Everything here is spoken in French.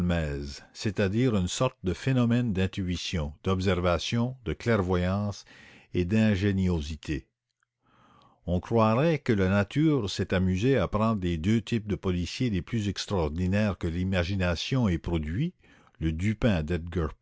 c'est-à-dire une sorte de phénomène d'intuition d'observation de clairvoyance et d'ingéniosité on croirait que la nature s'est amusée à prendre les deux types de policier les plus extraordinaires que l'imagination ait produits le dupin